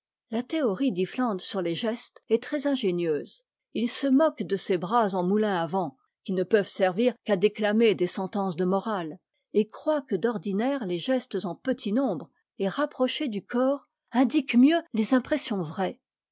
la théorie d'iffland sur les gestes est très ingénieuse h se moque de ces bras en moulin à vent qui ne peuvent servir qu'à déclamer des sentences de morale et croit que d'ordinaire les gestes en petit nombre et rapprochés du corps indiquent mieux les impressions vraies